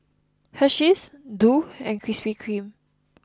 Hersheys Doux and Krispy Kreme